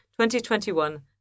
2021